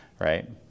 right